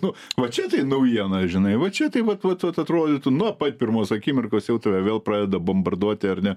nu va čia tai naujiena žinai vat čia tai vat vat vat atrodytų nuo pat pirmos akimirkos jau tave vėl pradeda bombarduoti ar ne